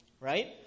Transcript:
right